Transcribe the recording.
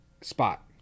spot